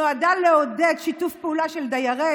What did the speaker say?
נועדה לעודד שיתוף פעולה של דיירי